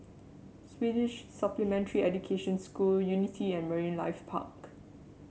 Swedish Supplementary Education School Unity and Marine Life Park